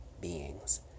beings